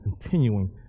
continuing